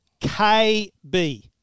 KB